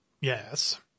Yes